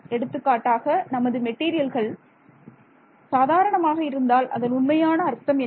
எடுத்துக்காட்டாக நமது மெட்டீரியல்கள் சாதாரணமாக இருந்தால் அதன் உண்மையான அர்த்தம் என்ன